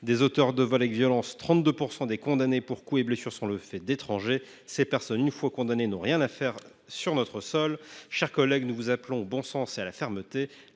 des auteurs de vol avec violences et 32 % des condamnés pour coups et blessures sont des étrangers. Ces personnes n’ont rien à faire sur notre sol. Mes chers collègues, nous vous appelons au bon sens et à la fermeté.